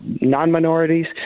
non-minorities